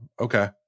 Okay